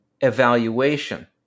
evaluation